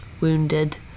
wounded